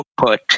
output